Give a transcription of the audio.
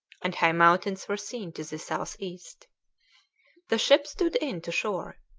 and high mountains were seen to the south-east. the ship stood in to shore.